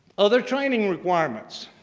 other training requirements.